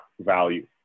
value